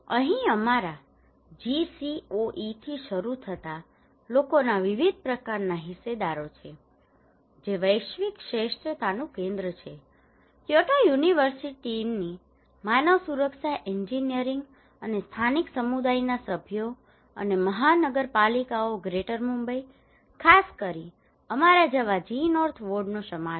અહીં અમારા GCOE થી શરૂ થતા લોકોના વિવિધ પ્રકારનાં હિસ્સેદારો છે જે વૈશ્વિક શ્રેષ્ઠતાનું કેન્દ્ર છે ક્યોટો યુનિવર્સિટી ટીમની માનવ સુરક્ષા એન્જિનિયરિંગ અને સ્થાનિક સમુદાયના સભ્યો અને મહાનગરપાલિકાઓ ગ્રેટર મુંબઇ ખાસ કરીને અમારા જેવા G નોર્થ વોર્ડનો સમાવેશ